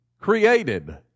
created